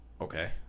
okay